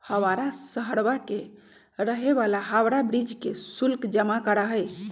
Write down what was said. हवाड़ा शहरवा के रहे वाला हावड़ा ब्रिज के शुल्क जमा करा हई